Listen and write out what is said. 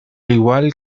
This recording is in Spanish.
igual